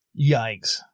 yikes